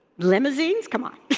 limousines? come on.